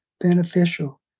beneficial